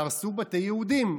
תהרסו בתי יהודים.